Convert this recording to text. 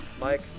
Mike